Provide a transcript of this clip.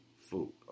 food